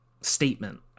statement